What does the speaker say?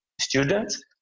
students